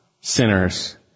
sinners